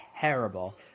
terrible